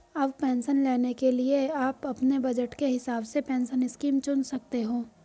अब पेंशन लेने के लिए आप अपने बज़ट के हिसाब से पेंशन स्कीम चुन सकते हो